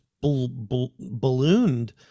ballooned